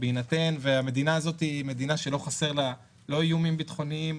בהינתן המדינה הזאת היא מדינה שלא חסרים לה איומים ביטחוניים,